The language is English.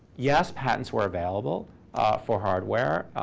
yes, patents were available for hardware,